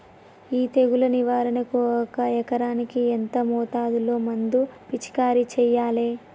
ఈ తెగులు నివారణకు ఒక ఎకరానికి ఎంత మోతాదులో మందు పిచికారీ చెయ్యాలే?